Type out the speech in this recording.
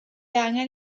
angen